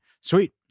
Sweet